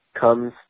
comes